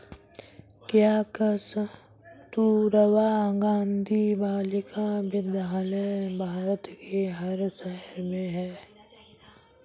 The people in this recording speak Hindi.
क्या कस्तूरबा गांधी बालिका विद्यालय भारत के हर शहर में है?